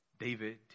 David